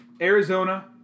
Arizona